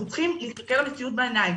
אנחנו צריכים להסתכל על המציאות בעיניים,